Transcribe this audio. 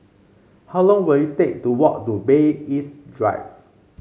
how long will it take to walk to Bay East Drive